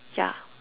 yeah